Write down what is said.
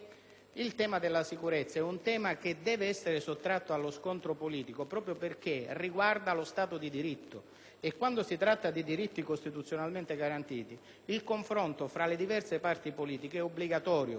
il tema della sicurezza deve essere sottratto allo scontro politico, perché riguarda lo Stato di diritto e in materia di diritti costituzionalmente garantiti il confronto fra le diverse parti politiche è obbligatorio,